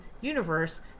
universe